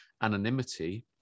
anonymity